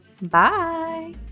Bye